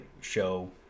show